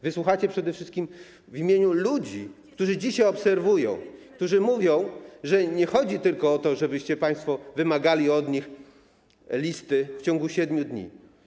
Wysłuchacie przede wszystkim w imieniu ludzi, którzy dzisiaj obserwują, którzy mówią, że nie chodzi tylko o to, żebyście państwo wymagali od nich listy w ciągu 7 dni.